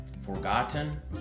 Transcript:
forgotten